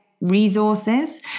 resources